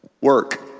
work